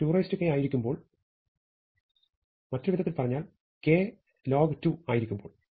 n 2k ആയിരിക്കുമ്പോൾ മറ്റൊരു വിധത്തിൽ പറഞ്ഞാൽ k log2 ആയിരിക്കുമ്പോൾ